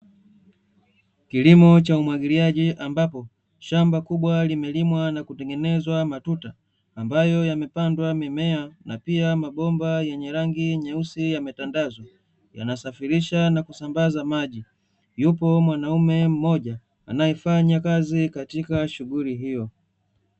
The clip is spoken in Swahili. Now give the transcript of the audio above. Kilimo cha umwagiliaji ambapo shamba kubwa limelimwa na kutengenezwa matuta ambayo yamepandwa mimea, na pia mabomba yenye rangi nyeusi yametandazwa, yanasafirisha na kusambaza maji. Yupo mwanaume mmoja anayefanya kazi katika shughuli hiyo.